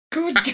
Good